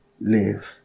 live